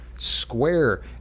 square